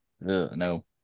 No